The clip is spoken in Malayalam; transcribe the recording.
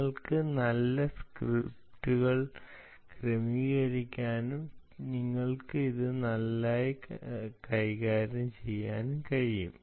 നിങ്ങൾക്ക് ചില സ്ക്രിപ്റ്റുകൾ ക്രമീകരിക്കാനും നിങ്ങൾക്ക് ഈ കാര്യം നന്നായി ചെയ്യാനും കഴിയും